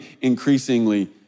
increasingly